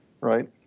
right